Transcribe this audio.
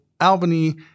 Albany